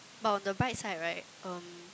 but on the bright side right um